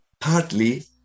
partly